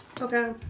Okay